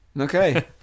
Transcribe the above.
Okay